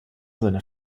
seiner